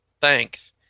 thanks